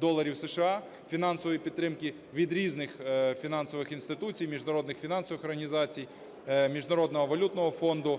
доларів США фінансової підтримки від різних фінансових інституцій міжнародних фінансових організацій, Міжнародного валютного фонду,